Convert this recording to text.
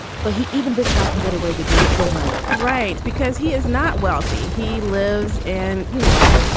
but he even this guy can get away with literally murder right. because he is not wealthy. he lives in, you know,